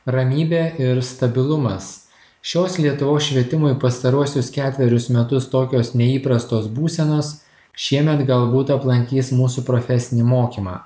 ramybė ir stabilumas šios lietuvos švietimui pastaruosius ketverius metus tokios neįprastos būsenos šiemet galbūt aplankys mūsų profesinį mokymą